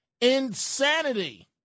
Insanity